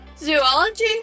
Zoology